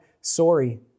Sorry